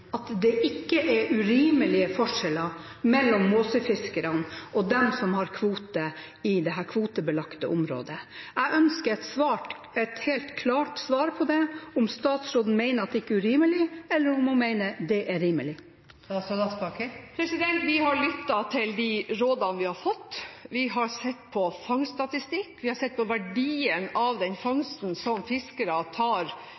at det ikke er urimelige forskjeller mellom Måsøy-fiskerne og de som har kvote i dette kvotebelagte området? Jeg ønsker et svar, et helt klart svar på om statsråden mener det er urimelig, eller om hun mener det er rimelig. Vi har lyttet til de rådene som vi har fått. Vi har sett på fangststatistikk. Vi har sett på verdien av den fangsten av krabbe som fiskere tar